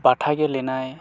बाथा गेलेनाय